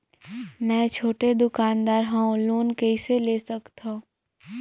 मे छोटे दुकानदार हवं लोन कइसे ले सकथव?